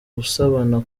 usabana